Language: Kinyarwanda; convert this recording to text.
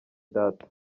data